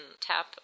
tap